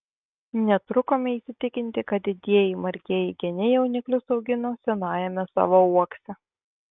netrukome įsitikinti kad didieji margieji geniai jauniklius augino senajame savo uokse